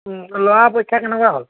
ল'ৰা পৰীক্ষা কেনেকুৱা হ'ল